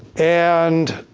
and